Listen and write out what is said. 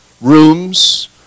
rooms